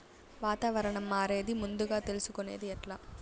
వాతావరణం మారేది ముందుగా తెలుసుకొనేది ఎట్లా?